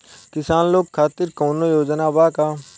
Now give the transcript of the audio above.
किसान लोग खातिर कौनों योजना बा का?